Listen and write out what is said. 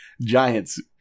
Giants